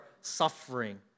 suffering